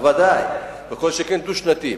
בוודאי, כל שכן דו-שנתי.